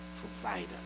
provider